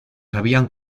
habían